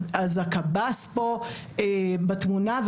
אז הקב"ס פה בתמונה,